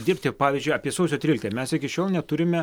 dirbti pavyzdžiui apie sausio tryliktąją mes iki šiol neturime